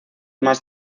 más